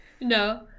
No